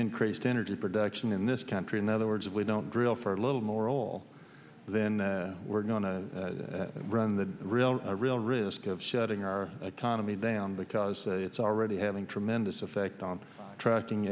increased energy production in this country in other words if we don't drill for a little more all then we're going to run the real real risk of shutting our autonomy down because it's already having tremendous effect on tracking